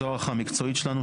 זו הערכה מקצועית שלנו,